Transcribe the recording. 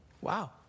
wow